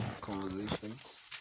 conversations